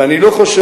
ואני לא חושב,